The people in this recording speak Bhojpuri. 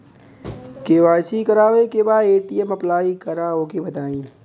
के.वाइ.सी करावे के बा ए.टी.एम अप्लाई करा ओके बताई?